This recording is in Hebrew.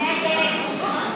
ימין ושמאל.